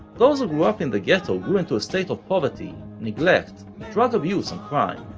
those who grew up in the ghetto grew into a state of poverty, neglect, drugs abuse and crime,